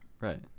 right